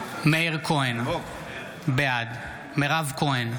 כהן, בעד מירב כהן,